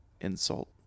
insult